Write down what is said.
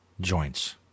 joints